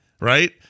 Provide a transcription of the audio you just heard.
right